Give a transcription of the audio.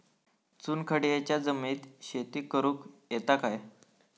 चुनखडीयेच्या जमिनीत शेती करुक येता काय?